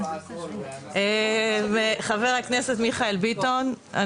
אם הממשלה תקבע הכול ואנחנו --- חבר הכנסת מיכאל ביטון,